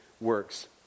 works